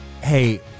Hey